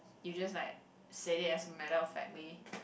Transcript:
you just like said it as a matter of fact leh